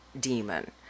demon